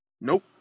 Nope